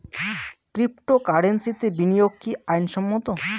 ক্রিপ্টোকারেন্সিতে বিনিয়োগ কি আইন সম্মত?